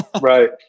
Right